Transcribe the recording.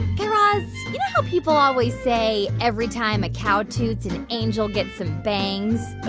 guy raz, you know how people always say every time a cow toots, an angel gets some bangs?